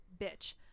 bitch